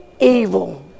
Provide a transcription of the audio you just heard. evil